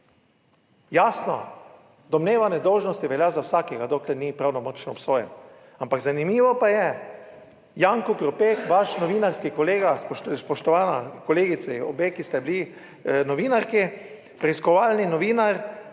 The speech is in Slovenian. Jasno, domneva nedolžnosti velja za vsakega, dokler ni pravnomočno obsojen, ampak zanimivo pa je, Janko Krope, vaš novinarski kolega, spoštovani kolegici, obe, ki sta bili novinarki, preiskovalni novinar,